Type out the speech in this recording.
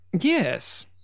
Yes